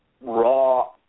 raw